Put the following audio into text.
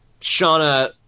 Shauna